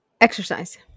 Exercise